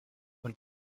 und